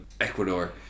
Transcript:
Ecuador